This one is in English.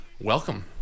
Welcome